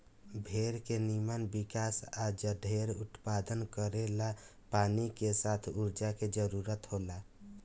भेड़ के निमन विकास आ जढेर उत्पादन करेला पानी के साथ ऊर्जा के जरूरत होला